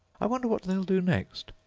i wonder what they'll do next!